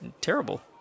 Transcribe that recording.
Terrible